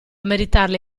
meritarle